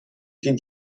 dient